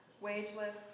wageless